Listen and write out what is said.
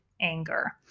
anger